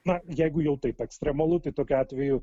na jeigu jau taip ekstremalu tai tokiu atveju